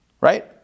Right